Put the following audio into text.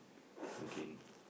again